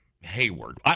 Hayward